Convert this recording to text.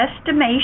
estimation